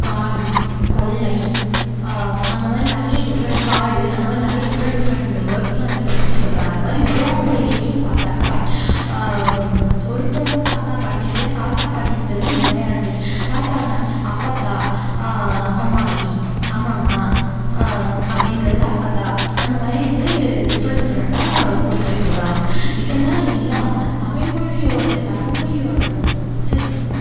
காணி கொள்ளை அந்த மாதிரி நிறைய டிஃப்ரெண்ட் காடு அந்த மாதிரி நிறைய டிஃப்ரெண்ட் டிஃப்ரெண்டு வேர்ட்ஸ்லாம் யூஸ் பண்ணி சொல்கிறாங்க அதை மாதிரி உறவுமுறையிலேயும் பார்த்தாக்கா ஒருத்தவங்க தாத்தா பாட்டி இதுதான் தாத்தா பாட்டிங்கிறது நிலையானது தாத்தான்னா அப்பத்தா அம்மாயி அம்மம்மா அப்படிங்கிறத அப்பத்தா அந்த மாதிரி வந்து டிஃப்ரெண்ட் டிஃப்ரெண்ட்டாக கூப்பிட்டுட்ருக்காங்க இதெல்லாம் இல்லாமல் தமிழ்மொழியோடது தமிழ்மொலியோட உ உச்சரிப்பும்